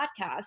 podcast